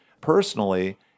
personally